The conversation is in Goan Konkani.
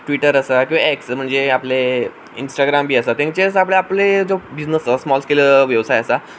ट्विटर आसा किंवां आपलें इंस्टाग्राम बी आसा तेंचे आपले जो बिजनेस जो स्मोल स्केल वेवसाय आसा